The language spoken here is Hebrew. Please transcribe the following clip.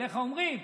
עליך אומרים,